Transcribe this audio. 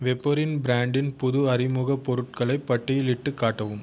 வெப்போரின் ப்ரான்டின் புது அறிமுகப் பொருட்களை பட்டியலிட்டுக் காட்டவும்